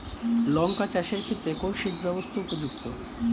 লঙ্কা চাষের ক্ষেত্রে কোন সেচব্যবস্থা উপযুক্ত?